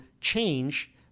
change